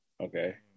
okay